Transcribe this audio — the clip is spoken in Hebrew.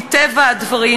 מטבע הדברים,